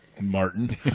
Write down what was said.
Martin